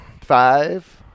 five